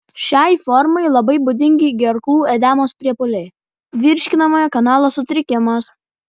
šiai formai labai būdingi gerklų edemos priepuoliai virškinamojo kanalo sutrikimas